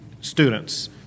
students